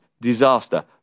disaster